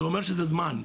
זה אומר שזה זמן.